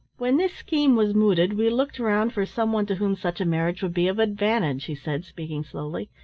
when this scheme was mooted we looked round for some one to whom such a marriage would be of advantage, he said, speaking slowly.